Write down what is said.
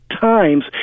times